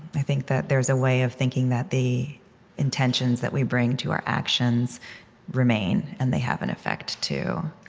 i think that there's a way of thinking that the intentions that we bring to our actions remain, and they have an effect too